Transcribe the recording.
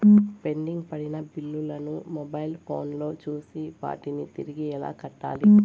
pending పడిన బిల్లులు ను మొబైల్ ఫోను లో చూసి వాటిని తిరిగి ఎలా కట్టాలి